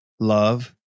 Love